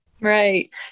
right